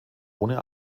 ohne